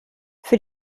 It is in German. für